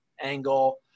angle